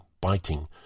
biting